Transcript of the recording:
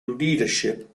leadership